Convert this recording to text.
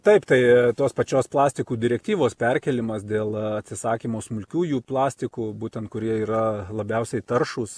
taip tai tos pačios plastikų direktyvos perkėlimas dėl atsisakymo smulkiųjų plastikų būtent kurie yra labiausiai taršūs